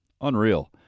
Unreal